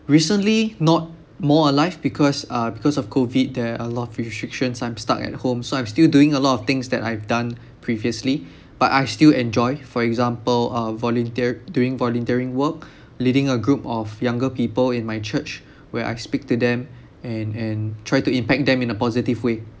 recently not more alive because uh because of COVID there are a lot of restrictions I'm stuck at home so I'm still doing a lot of things that I've done previously but I still enjoy for example uh volunteer doing volunteering work leading a group of younger people in my church where I speak to them and and try to impact them in a positive way